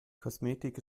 kosmetik